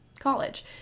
college